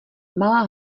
malá